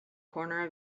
corner